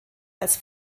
als